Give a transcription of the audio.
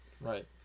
right